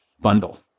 bundle